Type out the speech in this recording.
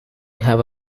have